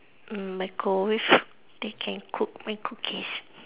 microwave that can cook my cookies